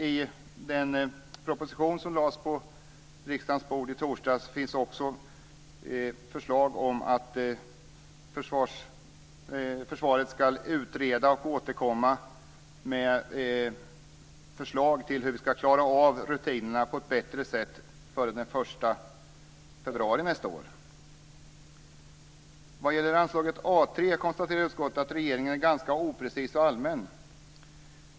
I den proposition som lades på riksdagens bord i torsdags finns också förslag om att försvaret ska utreda och återkomma med förslag före den 1 februari nästa år om hur vi ska klara av rutinerna på ett bättre sätt. Vad gäller anslaget A3 konstaterar utskottet att regeringen är ganska oprecis och allmän.